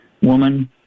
woman